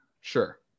Sure